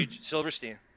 Silverstein